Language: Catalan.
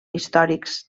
històrics